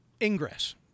Ingress